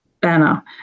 banner